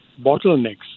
bottlenecks